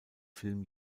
film